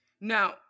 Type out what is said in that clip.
Now